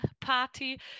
party